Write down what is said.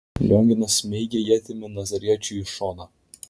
lionginas smeigė ietimi nazariečiui į šoną